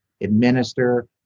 administer